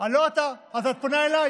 לא אתה אלא, לא אתה, אבל את פונה אליי.